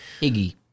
Iggy